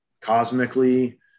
cosmically